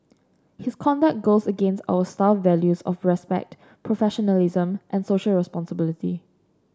his conduct goes against our staff values of respect professionalism and Social Responsibility